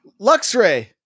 Luxray